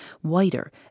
whiter